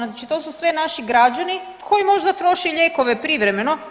Znači to su sve naši građani koji možda troše lijekove privremeno.